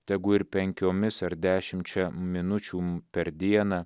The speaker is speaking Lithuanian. tegu ir penkiomis ar dešimčia minučių per dieną